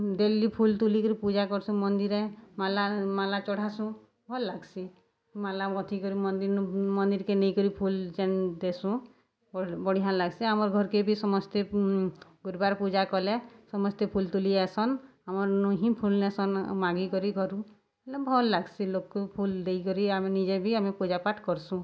daily ଫୁଲ୍ ତୁଲିକରି ପୂଜା କର୍ସୁଁ ମନ୍ଦିର୍ରେ ମାଲା ମାଲା ଚଢ଼ାସୁଁ ଭଲ୍ ଲାଗ୍ସି ମାଲା ଗୁନ୍ଥିକରି ମନ୍ଦିର୍ ମନ୍ଦିର୍କେ ନେଇକରି ଫୁଲ୍ ଦେସୁଁ ବଢ଼ିଆଁ ଲାଗ୍ସି ଆମର୍ ଘର୍କେ ବି ସମସ୍ତେ ଗୁର୍ବାର୍ ପୂଜା କଲେ ସମସ୍ତେ ଫୁଲ୍ ତୁଲି ଆଏସନ୍ ଆମର୍ନୁ ହିଁ ଫୁଲ୍ ନେସନ୍ ମାଗିକରି ଘରୁ ହେଲେ ଭଲ୍ ଲାଗ୍ସି ଲୋକ୍ ଫୁଲ୍ ଦେଇକରି ଆମେ ନିଜେ ବି ଆମେ ପୂଜା ପାଠ୍ କର୍ସୁଁ